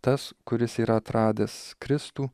tas kuris yra atradęs kristų